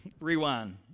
Rewind